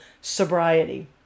sobriety